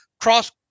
cross